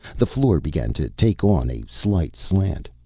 the floor began to take on a slight slant.